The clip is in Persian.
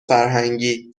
فرهنگی